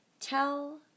tell